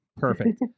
Perfect